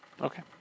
Okay